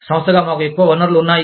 సంస్థగా మాకు ఎక్కువ వనరులు ఉన్నాయి